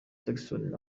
jackson